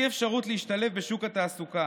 בלי אפשרות להשתלב בשוק התעסוקה.